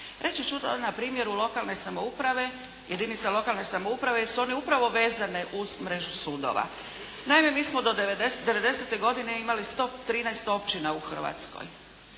Reći ću to na primjeru jedinica lokalne samouprave jer su one upravo vezane uz mrežu sudova. Naime, mi smo do '90. godine imali 113 općina u Hrvatskoj.